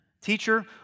teacher